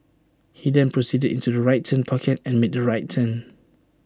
he then proceeded into the right turn pocket and made the right turn